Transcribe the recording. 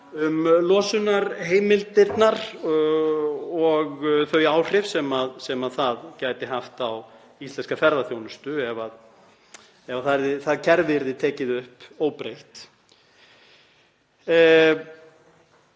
losunarheimildirnar og þau áhrif sem það gæti haft á íslenska ferðaþjónustu ef það kerfi yrði tekið upp óbreytt.